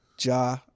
Ja